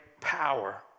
power